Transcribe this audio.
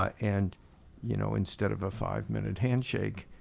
um and you know instead of a five minute handshake,